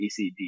ECD